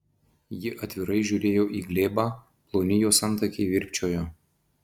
ji atvirai žiūrėjo į glėbą ploni jos antakiai virpčiojo